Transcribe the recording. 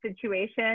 situation